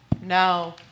No